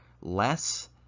less